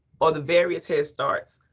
or the various head starts.